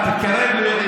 תתקרב יותר,